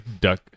duck